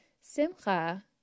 Simcha